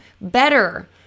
better